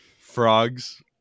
frogs